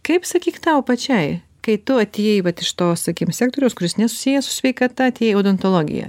kaip sakyk tau pačiai kai tu atėjai vat iš to sakykim sektoriaus kuris nesusijęs su sveikata atėjai į odontologiją